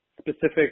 specific